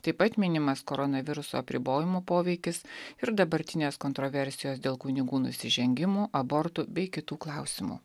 taip pat minimas koronaviruso apribojimų poveikis ir dabartinės kontroversijos dėl kunigų nusižengimų abortų bei kitų klausimų